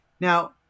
Now